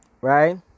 Right